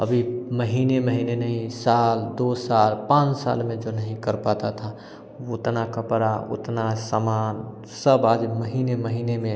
अभी महीने महीने नहीं साल दो साल पाँच साल में जो नहीं कर पाता था उतना कपड़ा उतना सामान सब आज महीने महीने में